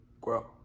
Grow